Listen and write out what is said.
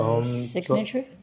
signature